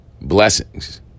blessings